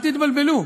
אל תתבלבלו,